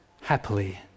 happily